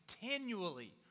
continually